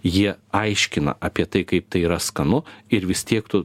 jie aiškina apie tai kaip tai yra skanu ir vis tiek tu